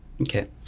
Okay